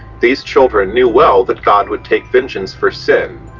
these children knew well that god would take vengeance for synn,